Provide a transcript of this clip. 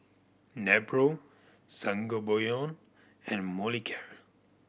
Nepro Sangobion and Molicare